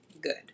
good